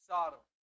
Sodom